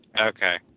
Okay